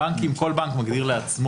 כל בנק מגדיר לעצמו,